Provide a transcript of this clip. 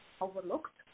overlooked